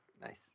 Nice